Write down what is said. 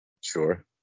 Sure